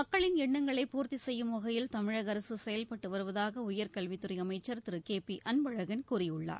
மக்களின் எண்ணங்களை பூர்த்தி செய்யும் வகையில் தமிழக அரசு செயல்பட்டு வருவதாக உயர்கல்வித் துறை அமைச்சர் திரு கே பி அன்பழகன் கூறியுள்ளார்